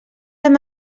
amb